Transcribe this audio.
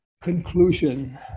conclusion